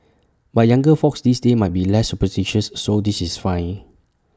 but younger folks these days might be less superstitious so this is fine